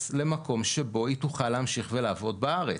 למקום שבו שהיא תוכל להמשיך ולעבוד בארץ.